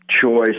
choice